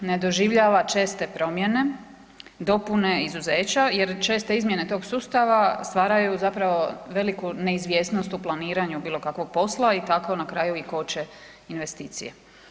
Ne doživljava česte promjene, dopune i izuzeća jer česte izmjene tog sustava stvaraju zapravo veliku neizvjesnost u planiranju bilo kakvog posla i tako na kraju i koče investicije.